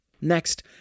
Next